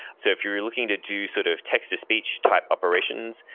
so if you're you're looking to do sort of text-to-speech type operations,